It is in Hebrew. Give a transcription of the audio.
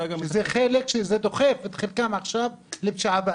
זה דוחף את חלקם עכשיו לפשיעה ואלימות.